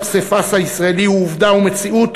הפסיפס הישראלי הוא עובדה ומציאות,